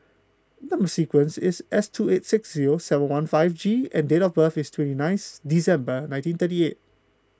Number Sequence is S two eight six zero seven one five G and date of birth is twenty ninth December nineteen thirty eight